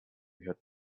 had